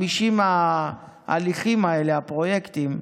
50 ההליכים האלה, הפרויקטים,